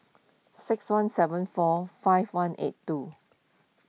six one seven four five one eight two